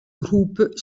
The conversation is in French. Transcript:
groupe